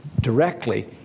directly